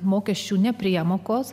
mokesčių nepriemokos